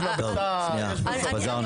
בדקת אם הביצה יש בה סלמונלה?